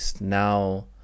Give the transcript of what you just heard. now